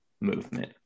movement